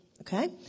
Okay